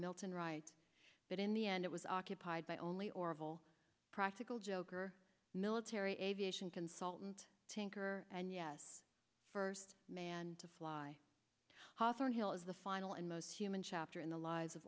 milton right but in the end it was occupied by only orval practical joker military aviation consultant tinker and yes first man to fly hawthorn hill is the final and most human chapter in the lives of